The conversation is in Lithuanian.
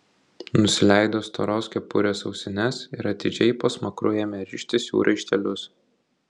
nusileido storos kepurės ausines ir atidžiai po smakru ėmė rištis jų raištelius